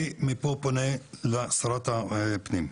אני מפה פונה לשרת הפנים,